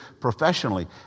professionally